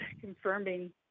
confirming